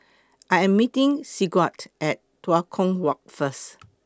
I Am meeting Sigurd At Tua Kong Walk First